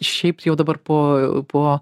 šiaip jau dabar po po